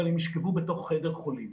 אבל הם ישכבו בתוך חדר חולים,